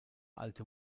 alte